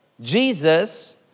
Jesus